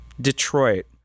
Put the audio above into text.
Detroit